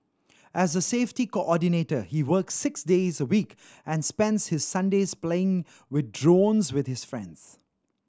as a safety coordinator he works six days a week and spends his Sundays playing with drones with his friends